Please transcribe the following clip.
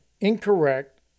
incorrect